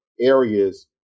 areas